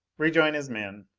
rejoin his men,